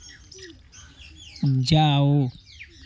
जाओ